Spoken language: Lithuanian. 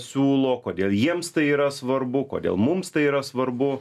siūlo kodėl jiems tai yra svarbu kodėl mums tai yra svarbu